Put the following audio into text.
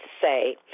say